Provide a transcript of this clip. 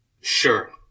Sure